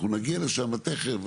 אנחנו נגיע לשם תכף,